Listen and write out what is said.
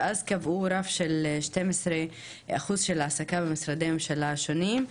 ואז קבעו רף של 12% העסקה במשרדי הממשלה השונים,